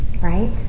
right